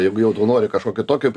jeigu jau tu nori kažkokio tokio